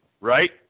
Right